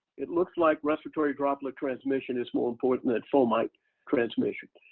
it looks like respiratory droplet transmission is more important that fomite transmission.